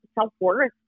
self-worth